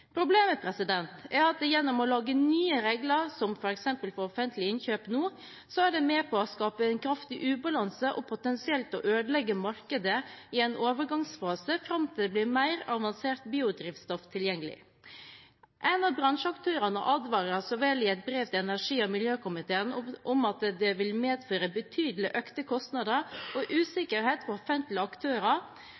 Problemet er at gjennom å lage nye regler, som f.eks. for offentlige innkjøp nå, så er det med på å skape en kraftig ubalanse og potensielt å ødelegge markedet i en overgangsfase fram til det blir mer avansert biodrivstoff tilgjengelig. En av bransjeaktørene advarer så vel i et brev til energi- og miljøkomiteen om at det vil medføre betydelig økte kostnader og